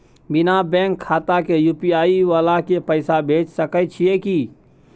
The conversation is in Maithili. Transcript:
बिना बैंक खाता के यु.पी.आई वाला के पैसा भेज सकै छिए की?